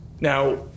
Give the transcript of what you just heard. Now